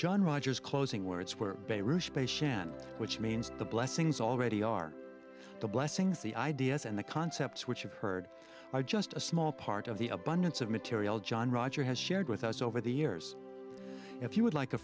john rogers closing where it's where they shan't which means the blessings already are the blessings the ideas and the concepts which you've heard just a small part of the abundance of material john roger has shared with us over the years if you would like a